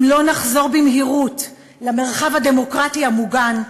אם לא נחזור במהירות למרחב הדמוקרטי המוגן,